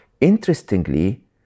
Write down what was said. interestingly